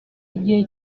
gihe